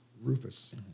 Rufus